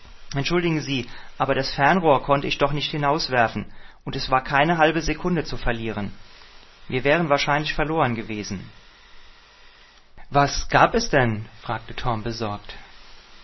entschuldigen sie aber das fernrohr konnte ich doch nicht hinauswerfen und es war keine halbe sekunde zu verlieren wir wären wahrscheinlich verloren gewesen was gab es denn fragte torm besorgt